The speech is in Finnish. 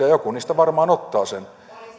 ja joku niistä varmaan ottaa sen